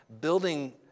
building